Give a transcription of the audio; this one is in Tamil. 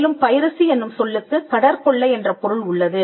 மேலும் பைரஸி என்னும் சொல்லுக்கு கடற்கொள்ளை என்ற பொருள் உள்ளது